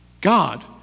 God